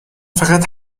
فقط